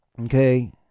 Okay